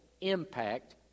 impact